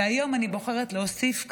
והיום אני בוחרת להוסיף כאן: